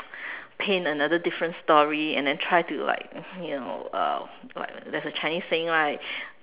paint another different story and then try to like you know uh like there's a Chinese saying like